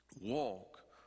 walk